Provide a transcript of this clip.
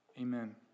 Amen